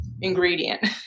ingredient